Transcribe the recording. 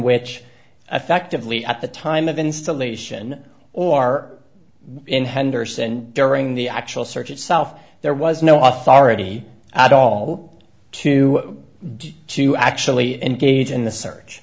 which effectively at the time of installation or in henderson during the actual search itself there was no authority at all to do to actually engage in the search